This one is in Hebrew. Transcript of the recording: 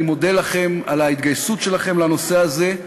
אני מודה לכם על ההתגייסות שלכם לנושא הזה.